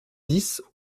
dix